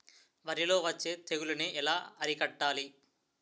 వరిలో వచ్చే తెగులని ఏలా అరికట్టాలి?